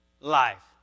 life